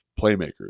playmakers